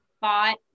bought